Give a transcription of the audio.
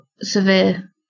severe